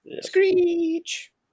Screech